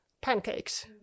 Pancakes